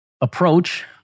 approach